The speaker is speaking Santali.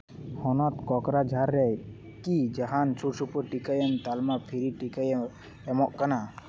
ᱦᱚᱱᱚᱛ ᱠᱚᱠᱨᱟᱡᱷᱚᱨ ᱨᱮ ᱠᱤ ᱡᱟᱦᱟᱱ ᱥᱩᱨᱼᱥᱩᱯᱩᱨ ᱴᱤᱠᱟᱹ ᱮᱢ ᱛᱟᱞᱢᱟ ᱯᱷᱨᱤ ᱴᱤᱠᱟᱹ ᱮᱢ ᱮᱢᱚᱜ ᱠᱟᱱᱟ